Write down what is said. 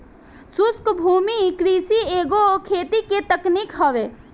शुष्क भूमि कृषि एगो खेती के तकनीक हवे